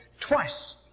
Twice